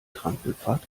trampelpfad